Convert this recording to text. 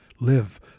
live